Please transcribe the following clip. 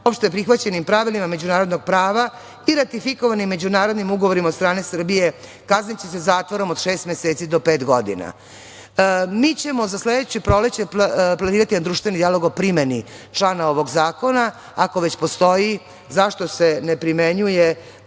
opšteprihvaćenim pravilima međunarodnog prava i ratifikovanim međunarodnim ugovorima od strane Srbije kazniće se zatvorom od šest meseci do pet godina. Mi ćemo za sledeće proleće planirati jedan društveni dijalog o primeni člana ovog zakona. Ako već postoji, zašto se ne primenjuje?